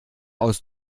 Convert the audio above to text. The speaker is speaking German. aus